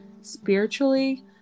spiritually